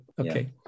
Okay